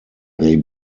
they